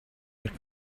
had